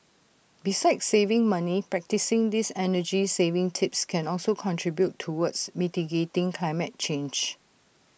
besides saving money practising these energy saving tips can also contribute towards mitigating climate change